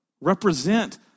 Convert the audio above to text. represent